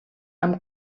amb